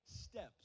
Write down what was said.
steps